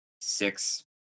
Six